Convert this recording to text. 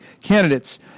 candidates